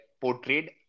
portrayed